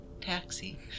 Taxi